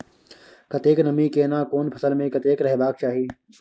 कतेक नमी केना कोन फसल मे कतेक रहबाक चाही?